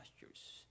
pastures